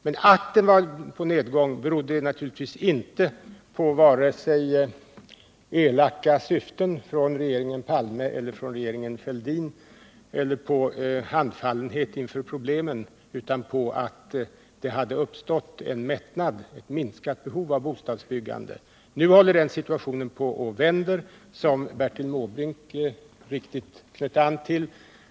Att bostadsbyggandet gick ned berodde naturligtvis inte på vare sig elaka syften från regeringen Palme eller regeringen Fälldin eller handfallenhet inför problemen, utan på att det hade uppstått en mättnad, ett minskat behov av bostadsbyggande. Nu håller den situationen på att ändras, som Bertil Måbrink så riktigt knöt an till.